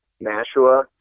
Nashua